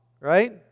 Right